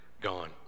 gone